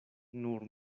nur